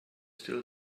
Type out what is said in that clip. still